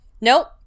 nope